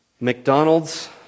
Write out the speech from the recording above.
McDonald's